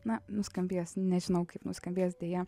na nuskambės nežinau kaip nuskambės deja